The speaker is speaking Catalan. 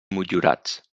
motllurats